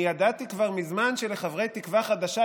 אני ידעתי כבר מזמן שלחברי תקווה חדשה,